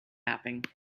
mapping